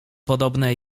podobne